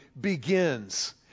begins